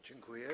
Dziękuję.